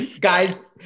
Guys